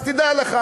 אז תדע לך,